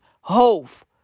Hove